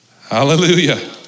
Hallelujah